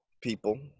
people